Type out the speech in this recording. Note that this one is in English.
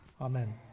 Amen